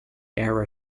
air